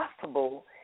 possible